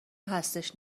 هستش